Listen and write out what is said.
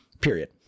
period